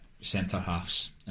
centre-halves